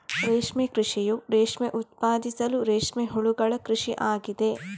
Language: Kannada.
ರೇಷ್ಮೆ ಕೃಷಿಯು ರೇಷ್ಮೆ ಉತ್ಪಾದಿಸಲು ರೇಷ್ಮೆ ಹುಳುಗಳ ಕೃಷಿ ಆಗಿದೆ